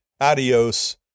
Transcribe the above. adios